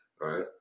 right